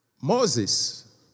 Moses